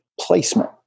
placement